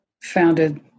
founded